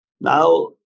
Now